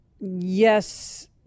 yes